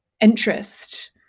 interest